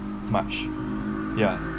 much ya